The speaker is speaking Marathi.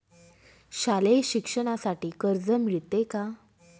शालेय शिक्षणासाठी कर्ज मिळते का?